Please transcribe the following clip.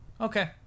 Okay